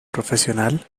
profesional